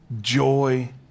joy